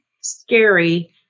scary